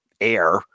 air